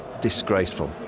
disgraceful